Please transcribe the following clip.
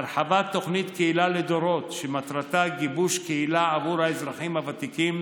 הרחבת תוכנית "קהילה לדורות" שמטרתה גיבוש קהילה עבור האזרחים הוותיקים,